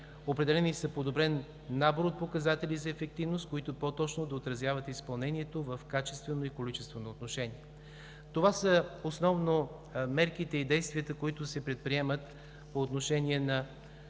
Определени са подобрен набор от показатели за ефективност, които по-точно да отразяват изпълнението в качествено и количествено отношение. Това са основно мерките и действията, които се предприемат по отношение на